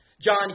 John